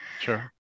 Sure